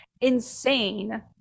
insane